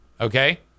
Okay